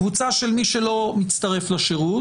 קבוצה של מי שלא מצטרף לשירות,